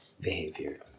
behavior